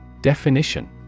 Definition